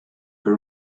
her